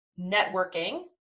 networking